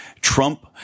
Trump